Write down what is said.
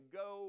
go